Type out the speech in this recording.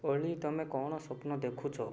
ଓଳି ତୁମେ କ'ଣ ସ୍ୱପ୍ନ ଦେଖୁଛ